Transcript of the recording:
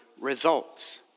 results